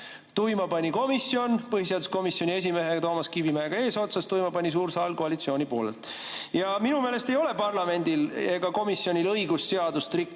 Tuima pani komisjon põhiseaduskomisjoni esimehe Toomas Kivimäega eesotsas, tuima pani suur saal koalitsiooni poolelt. Minu meelest ei ole parlamendil ega komisjonil õigus seadust rikkuda.